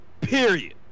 period